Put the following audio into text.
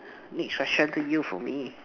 next question to you from me